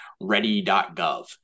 ready.gov